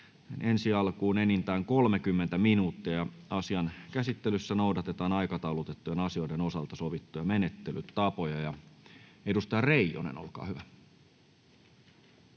vaiheessa enintään 30 minuuttia. Asian käsittelyssä noudatetaan aikataulutettujen asioiden osalta sovittuja menettelytapoja. — Aloitteen ensimmäinen